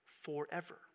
forever